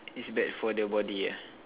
is bad for the body ah